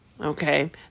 okay